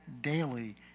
daily